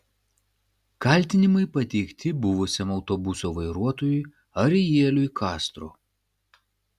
kaltinimai pateikti buvusiam autobuso vairuotojui arieliui kastro